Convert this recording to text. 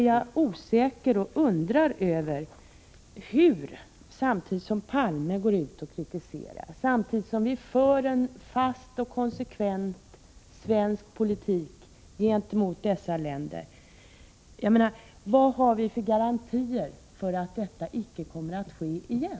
Jag är emellertid — samtidigt som Olof Palme för fram kritik och samtidigt som Sverige för en fast och konsekvent politik gentemot dessa länder — något osäker och undrar: Vad har vi för garantier för att något sådant här inte kommer att ske igen?